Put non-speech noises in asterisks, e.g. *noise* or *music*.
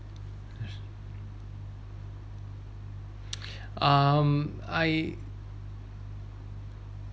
*noise* um I